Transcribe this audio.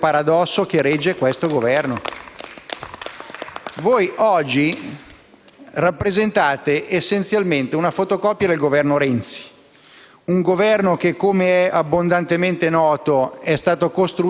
Voi oggi rappresentate essenzialmente una fotocopia del Governo Renzi: un Governo che, come abbondantemente noto, è stato costruito nelle segrete stanze del Nazareno,